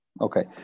Okay